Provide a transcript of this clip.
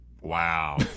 Wow